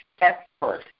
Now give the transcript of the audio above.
expert